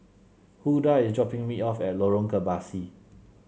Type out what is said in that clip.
Huldah is dropping me off at Lorong Kebasi